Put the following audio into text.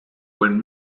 when